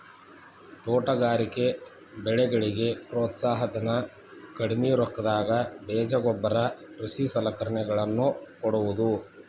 ತೋಟಗಾರಿಕೆ ಬೆಳೆಗಳಿಗೆ ಪ್ರೋತ್ಸಾಹ ಧನ, ಕಡ್ಮಿ ರೊಕ್ಕದಾಗ ಬೇಜ ಗೊಬ್ಬರ ಕೃಷಿ ಸಲಕರಣೆಗಳ ನ್ನು ಕೊಡುವುದು